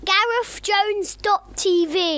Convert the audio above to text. GarethJones.tv